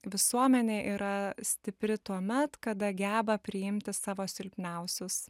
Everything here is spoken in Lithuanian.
visuomenė yra stipri tuomet kada geba priimti savo silpniausius